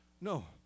No